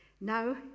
Now